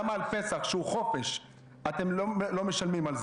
למה על פסח שהוא חופש אתם לא משלמים?